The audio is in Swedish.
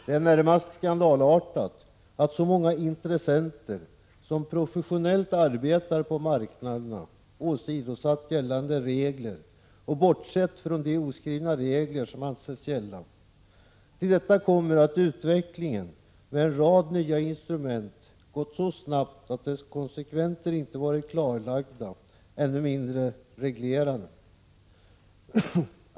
Det är närmast skandalartat att så många intressenter som professionellt arbetar på marknaderna åsidosatt gällande regler och bortsett från de oskrivna regler som ansetts gälla. Till detta kommer att utvecklingen av en rad nya instrument gått så snabbt att dess konsekvenser inte varit klarlagda, ännu mindre reglerade.